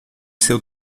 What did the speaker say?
seu